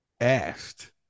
asked